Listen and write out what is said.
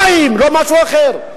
מים, לא משהו אחר.